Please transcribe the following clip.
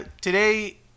today